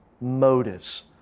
motives